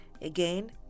Again